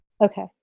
Okay